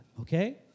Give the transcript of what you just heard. okay